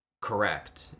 correct